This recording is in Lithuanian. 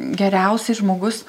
geriausiai žmogus